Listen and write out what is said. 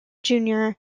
junior